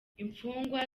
imfungwa